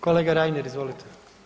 Kolega Reiner, izvolite.